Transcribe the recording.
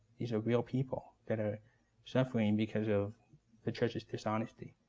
these are real people that are suffering because of the church's dishonesty.